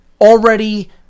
already